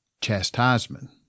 chastisement